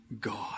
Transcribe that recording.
God